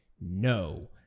No